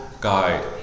guide